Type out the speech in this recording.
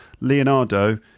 Leonardo